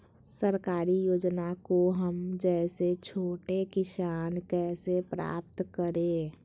सरकारी योजना को हम जैसे छोटे किसान कैसे प्राप्त करें?